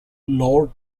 lord